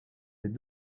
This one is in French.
des